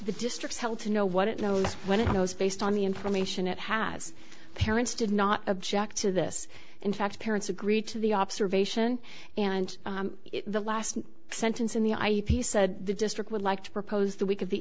the district held to know what it knows when it knows based on the information it has parents did not object to this in fact parents agreed to the observation and the last sentence in the eye he said the district would like to propose that we